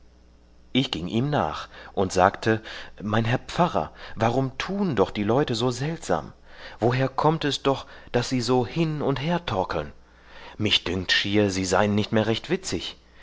ich gieng ihm nach und sagte mein herr pfarrer warum tun doch die leute so seltsam woher kommt es doch daß sie so hin und her torkeln mich dünkt schier sie sein nicht mehr recht witzig